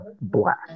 black